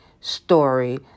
story